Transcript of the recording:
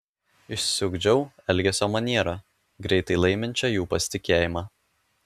išsiugdžiau elgesio manierą greitai laiminčią jų pasitikėjimą